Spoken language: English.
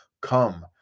come